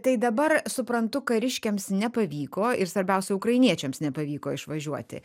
tai dabar suprantu kariškiams nepavyko ir svarbiausia ukrainiečiams nepavyko išvažiuoti